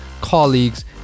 colleagues